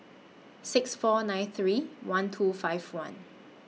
six four nine three one two five one